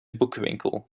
boekenwinkel